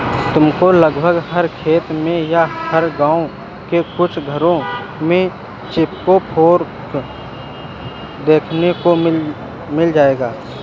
तुमको लगभग हर खेत में या गाँव के कुछ घरों में पिचफोर्क देखने को मिल जाएगा